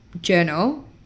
journal